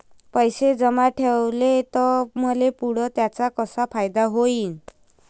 पैसे जमा ठेवले त मले पुढं त्याचा कसा फायदा होईन?